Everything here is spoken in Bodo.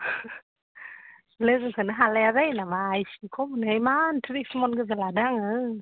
लोगोखौनो हालाया जायो नामा इसे खमै इमान थ्रिसमन गोजो लादों आङो